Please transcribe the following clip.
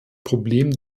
problem